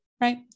right